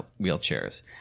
wheelchairs